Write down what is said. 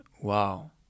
wow